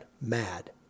MAD